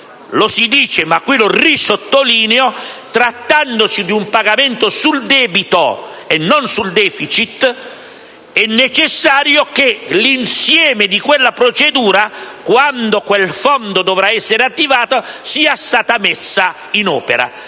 che anche per questo emendamento, trattandosi di un pagamento sul debito e non sul *deficit*, è necessario che l'insieme di quella procedura, quando quel Fondo dovrà essere attivato, sia stata messa in opera;